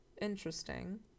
Interesting